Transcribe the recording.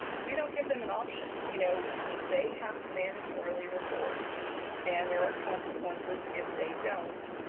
we don't give them an option. you know they have to mandatorily report and there are consequences if they don't.